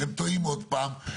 אתם טועים עוד פעם.